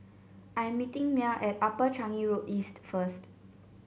I am meeting Mia at Upper Changi Road East first